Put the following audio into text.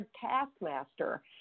taskmaster